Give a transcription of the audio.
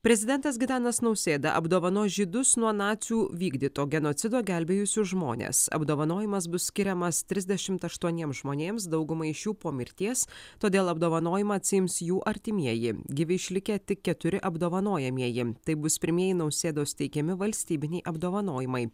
prezidentas gitanas nausėda apdovanos žydus nuo nacių vykdyto genocido gelbėjusius žmones apdovanojimas bus skiriamas trisdešimt aštuoniems žmonėms daugumai iš jų po mirties todėl apdovanojimą atsiims jų artimieji gyvi išlikę tik keturi apdovanojamieji tai bus pirmieji nausėdos teikiami valstybiniai apdovanojimai